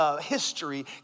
history